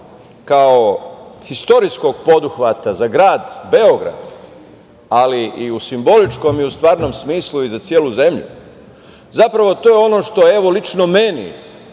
kao istorijskog poduhvata za grad Beograd, ali i u simboličnom i u stvarnom smislu za celu zemlju, zapravo to je ono što evo lično meni